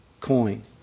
coin